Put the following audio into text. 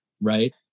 right